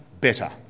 better